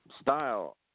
style